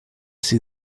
see